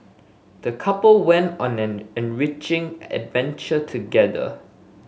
the couple went on an enriching adventure together